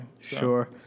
Sure